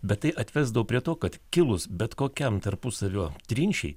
bet tai atvesdavo prie to kad kilus bet kokiam tarpusavio trinčiai